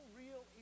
real